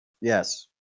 Yes